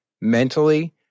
mentally